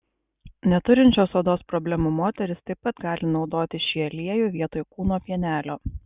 neturinčios odos problemų moterys taip pat gali naudoti šį aliejų vietoj kūno pienelio